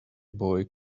boy